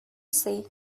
say